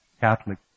Catholic